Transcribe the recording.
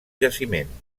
jaciment